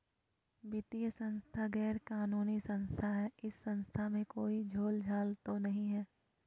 वित्तीय संस्था गैर कानूनी संस्था है इस संस्था में कोई झोलझाल तो नहीं है?